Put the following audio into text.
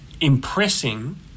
impressing